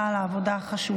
תודה רבה על העבודה החשובה.